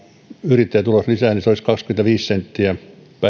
yrittäjätuloa lisää niin se olisi kaksikymmentäviisi senttiä päivässä